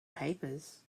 papers